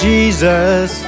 Jesus